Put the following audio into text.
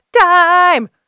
time